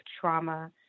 trauma